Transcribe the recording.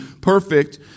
perfect